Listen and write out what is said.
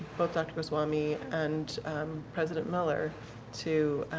both dr. gotswami and president miller to